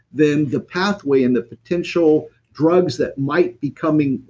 then the pathway and the potential drugs that might be coming,